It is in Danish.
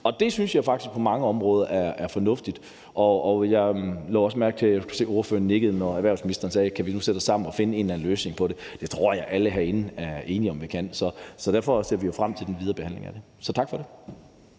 og det synes jeg faktisk på mange områder er et fornuftigt forslag. Jeg lagde også mærke til, at ordføreren nikkede, da erhvervsministeren sagde, om ikke vi kunne sætte os sammen og finde en eller anden løsning på det. Det tror jeg alle herinde er enige om vi kan. Så derfor ser vi jo frem til den videre behandling af det. Så tak for det.